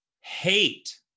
hate